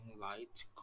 light